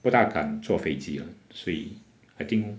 不大敢坐飞机 eh 所以 I think